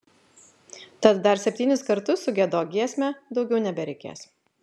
tad dar septynis kartus sugiedok giesmę daugiau nebereikės